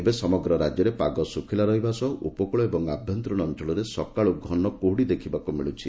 ଏବେ ସମଗ୍ର ରାଜ୍ୟରେ ପାଗ ଶୁଖୁଲା ରହିବା ସହ ଉପକୁଳ ଏବଂ ଆଭ୍ୟନ୍ତରୀଣ ଅଞ୍ଞଳରେ ସକାଳୁ ଘନ କୁହୁଡି ଦେଖ୍ବାକୁ ମିଳୁଛି